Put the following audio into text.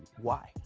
why?